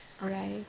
Right